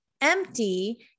empty